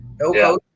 No